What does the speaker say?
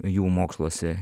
jų moksluose